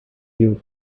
you